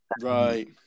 Right